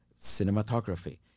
cinematography